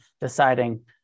deciding